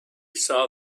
saw